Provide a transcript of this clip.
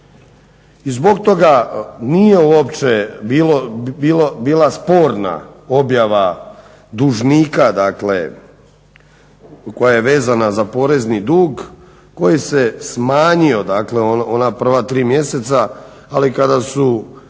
I zbog toga nije uopće bile, bila sporna objava dužnika koja je vezana za porezni dug, koji se smanjio, dakle u ona prva 3 mjeseca, ali kada su